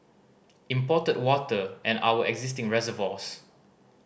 imported water and our existing reservoirs